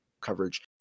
coverage